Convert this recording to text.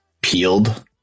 peeled